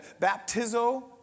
baptizo